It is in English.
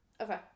okay